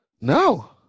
No